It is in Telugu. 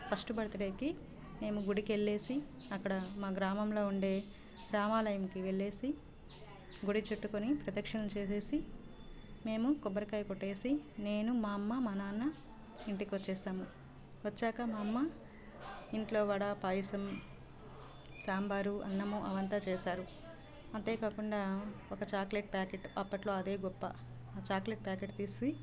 ఫస్ట్ బర్త్డేకి మేము గుడికి వెళ్ళి అక్కడ మా గ్రామంలో ఉండే రామాలయంకి వెళ్ళి గుడి చుట్టుకుని ప్రదక్షిణలు చేసి మేము కొబ్బరికాయ కొట్టినేను మా అమ్మ మా నాన్న ఇంటికి వచ్చినాము వచ్చాక మా అమ్మ ఇంట్లో వడ పాయసం సాంబారు అన్నము అవంతా చేశారు అంతేకాకుండా ఒక చాక్లెట్ ప్యాకెట్ అప్పట్లో అదే గొప్ప చాక్లెట్ ప్యాకెట్ తీసి